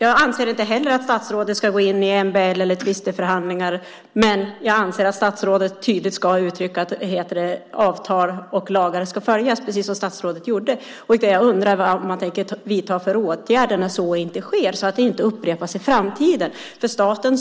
Jag anser inte heller att statsrådet ska gå in i MBL eller tvisteförhandlingar, men jag anser att statsrådet - precis som statsrådet gjorde - tydligt ska uttrycka att avtal och lagar ska följas. Jag undrar vad man tänker vidta för åtgärder när så inte sker, så att detta inte upprepas i framtiden. Staten